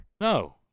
No